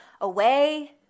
away